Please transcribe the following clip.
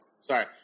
sorry